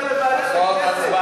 ממילא אתה מעביר לוועדת הכנסת.